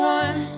one